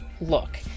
Look